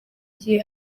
gihe